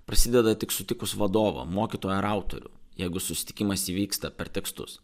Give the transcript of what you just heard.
prasideda tik sutikus vadovą mokytoją ar autorių jeigu susitikimas įvyksta per tekstus